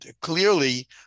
clearly